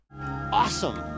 Awesome